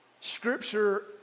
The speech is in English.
Scripture